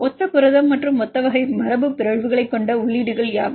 ஒத்த புரதம் மற்றும் ஒத்த வகை மரபுபிறழ்வுகளைக் கொண்ட உள்ளீடுகள் யாவை